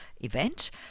event